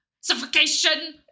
suffocation